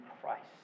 Christ